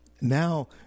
Now